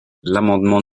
l’amendement